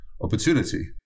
opportunity